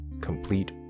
complete